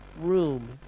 room